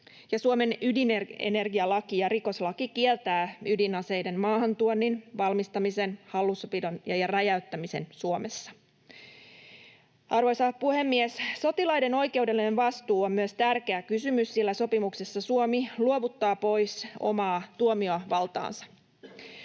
Suomen ydinenergialaki ja rikoslaki kieltävät ydinaseiden maahantuonnin, valmistamisen, hallussapidon ja räjäyttämisen Suomessa. Arvoisa puhemies! Sotilaiden oikeudellinen vastuu on myös tärkeä kysymys, sillä sopimuksessa Suomi luovuttaa pois omaa tuomiovaltaansa.